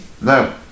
no